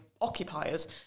occupiers